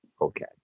okay